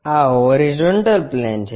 આ horizontal plane છે